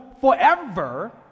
forever